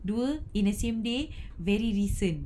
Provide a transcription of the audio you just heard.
dua in a same day very recent